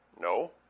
No